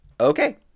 okay